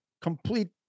complete